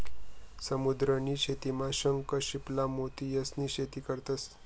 समुद्र नी शेतीमा शंख, शिंपला, मोती यास्नी शेती करतंस